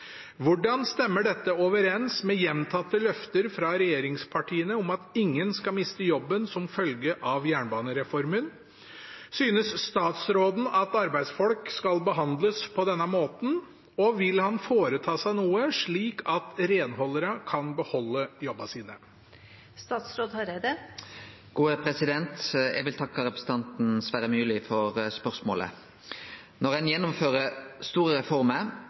Hvordan stemmer dette overens med gjentatte løfter fra regjeringspartiene om at ingen skal miste jobben som følge av jernbanereformen, synes statsråden at arbeidsfolk skal behandles på denne måten, og vil han foreta seg noe slik at renholderne kan beholde jobbene sine?» Eg vil takke representanten Sverre Myrli for spørsmålet. Når ein gjennomfører store reformer,